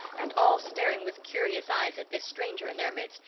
and all staring with curious eyes at this stranger in their midst,